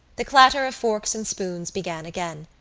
the clatter of forks and spoons began again.